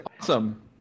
awesome